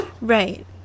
Right